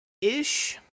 Ish